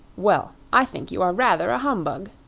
well, i think you are rather a humbug,